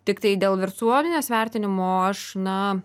tiktai dėl virsuomenės vertinimo aš na